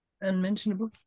Unmentionable